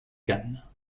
cannes